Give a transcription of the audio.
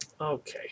Okay